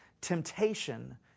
Temptation